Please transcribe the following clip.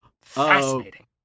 Fascinating